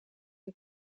een